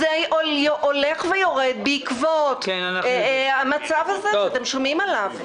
המספר הולך ויורד בעקבות המצב הזה שאתם שומעים עליו.